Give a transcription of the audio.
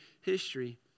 history